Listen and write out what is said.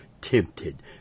tempted